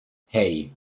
hei